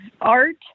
art